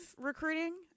recruiting